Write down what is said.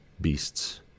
beasts